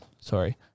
Sorry